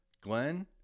Glenn